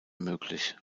möglich